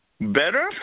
better